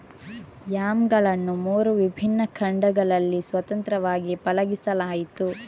ಯಾಮ್ಗಳನ್ನು ಮೂರು ವಿಭಿನ್ನ ಖಂಡಗಳಲ್ಲಿ ಸ್ವತಂತ್ರವಾಗಿ ಪಳಗಿಸಲಾಯಿತು